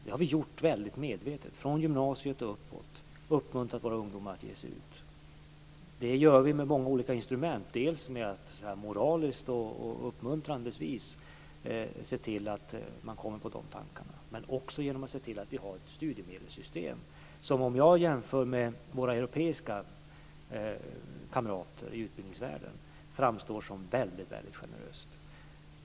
Det har vi gjort medvetet - från gymnasiet och uppåt har vi uppmuntrat våra ungdomar att ge sig ut. Detta gör vi med många olika instrument. Dels ser vi på ett moraliskt och uppmuntrande vis till att de kommer på de tankarna, dels ser vi till att vi har ett studiemedelssystem som, om jag jämför det med våra europeiska kamraters i utbildningsvärlden, framstår som väldigt generöst.